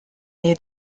nii